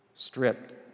Stripped